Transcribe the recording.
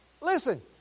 listen